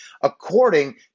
according